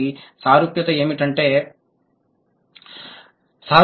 మరి సారూప్యత అంటే ఏమిటి